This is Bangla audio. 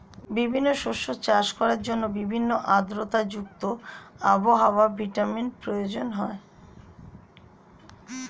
বিভিন্ন শস্য চাষ করার জন্য ভিন্ন আর্দ্রতা যুক্ত আবহাওয়ার প্রয়োজন হয়